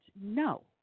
no